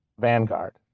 vanguard